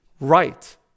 right